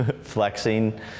flexing